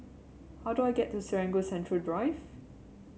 how do I get to Serangoon Central Drive